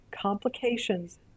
complications